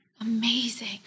Amazing